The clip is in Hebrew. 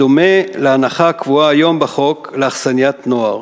בדומה להנחה הקבועה היום בחוק לאכסניות נוער.